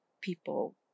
people